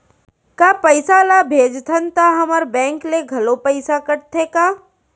का पइसा ला भेजथन त हमर बैंक ले घलो पइसा कटथे का?